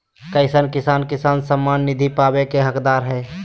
कईसन किसान किसान सम्मान निधि पावे के हकदार हय?